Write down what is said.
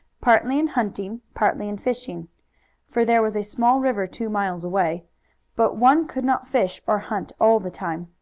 partly in hunting, partly in fishing for there was a small river two miles away but one could not fish or hunt all the time.